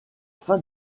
fin